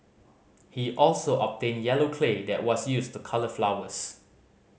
he also obtained yellow clay that was used to colour flowers